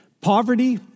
Poverty